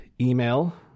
email